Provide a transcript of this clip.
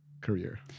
career